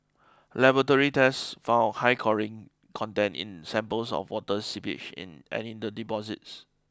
laboratory tests found high chlorine content in samples of water seepage in and in the deposits